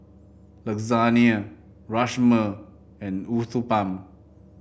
Lasagne Rajma and Uthapam